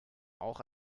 auch